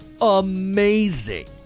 amazing